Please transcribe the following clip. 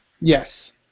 Yes